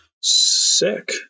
Sick